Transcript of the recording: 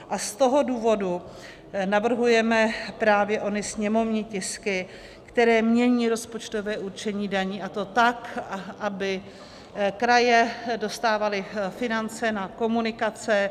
Z toho důvodu navrhujeme právě ony sněmovní tisky, které mění rozpočtové určení daní, a to tak, aby kraje dostávaly finance na komunikace.